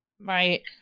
Right